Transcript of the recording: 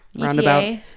roundabout